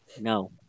No